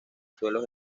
suelo